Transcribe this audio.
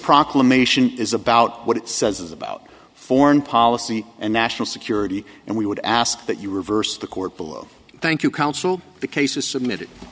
proclamation is about what it says about foreign policy and national security and we would ask that you reverse the court below thank you counsel the cases submitted